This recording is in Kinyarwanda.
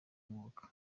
umwuga